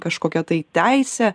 kažkokia tai teisė